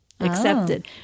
accepted